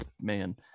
man